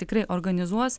tikrai organizuos